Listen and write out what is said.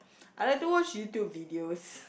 I like to watch YouTube videos